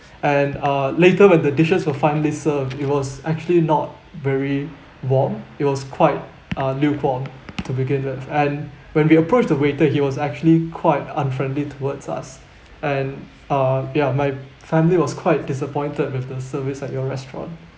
and uh later when the dishes were finally served it was actually not very warm it was quite uh lukewarm to begin with and when we approached the waiter he was actually quite unfriendly towards us and uh yeah my family was quite disappointed with the service at your restaurant